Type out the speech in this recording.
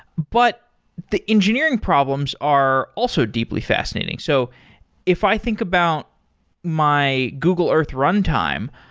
but the engineering problems are also deeply fascinating. so if i think about my google earth runtime,